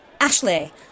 Ashley